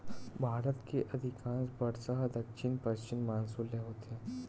भारत के अधिकांस बरसा ह दक्छिन पस्चिम मानसून ले होथे